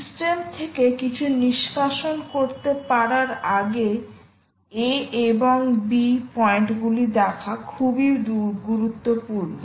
system থেকে কিছু নিষ্কাশন করতে পারার আগে a এবং b দেখা খুবই গুরুত্বপূর্ণ